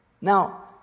Now